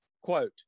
Quote